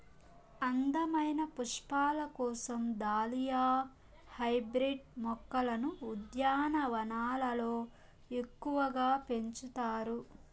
అందమైన పుష్పాల కోసం దాలియా హైబ్రిడ్ మొక్కలను ఉద్యానవనాలలో ఎక్కువగా పెంచుతారు